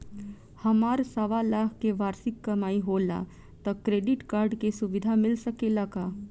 हमार सवालाख के वार्षिक कमाई होला त क्रेडिट कार्ड के सुविधा मिल सकेला का?